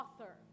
author